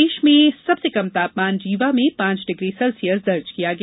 प्रदेश में सबसे कम तापमान रीवा में पांच डिग्री सेल्सियस दर्ज किया गया